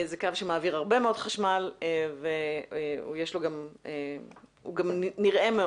זה קו שמעביר הרבה מאוד חשמל והוא גם נראה מאוד.